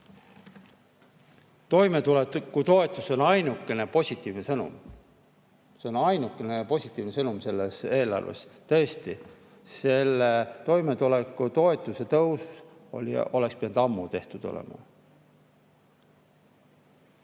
Toimetulekutoetus on ainuke positiivne sõnum. See on ainukene positiivne sõnum selles eelarves tõesti. Aga toimetulekutoetuse [piiri] tõus oleks pidanud ammu tehtud olema.